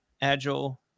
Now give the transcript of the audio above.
Agile